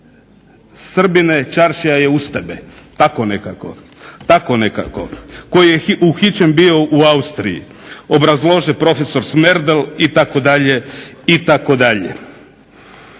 Srbine, čaršija je uz tebe", tako nekako, koji je uhićen bio u Austriji, obrazlaže profesor Smerdel itd., itd.